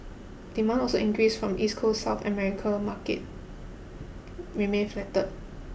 demand also increased from east coast South America market remained flatter